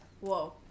Whoa